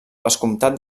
vescomtat